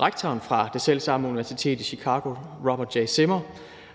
Rektoren fra det selv samme universitet i Chicago, Robert J. Zimmer,